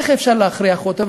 איך אפשר להכריח אותו?